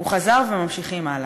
הוא חזר וממשיכים הלאה.